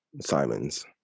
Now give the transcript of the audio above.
Simons